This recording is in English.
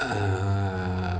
uh